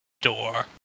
door